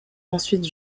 ensuite